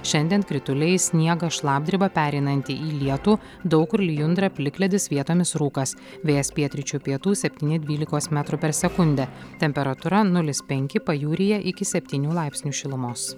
šiandien krituliai sniegas šlapdriba pereinanti į lietų daug kur lijundra plikledis vietomis rūkas vėjas pietryčių pietų septyni dvylikos metrų per sekundę temperatūra nulis penki pajūryje iki septynių laipsnių šilumos